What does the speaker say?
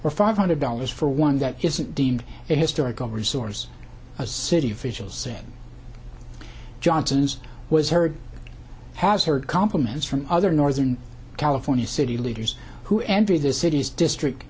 or five hundred dollars for one that isn't deemed a historical resource a city official said johnson's was heard has heard compliments from other northern california city leaders who envy the city's district